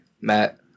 Matt